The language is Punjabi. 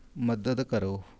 ਮਦਦ ਕਰੋ